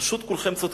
פשוט כולכם צודקים.